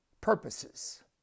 purposes